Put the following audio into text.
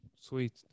sweet